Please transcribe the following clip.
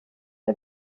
der